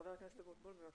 ח"כ אבוטבול בבקשה.